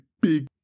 big